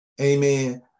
Amen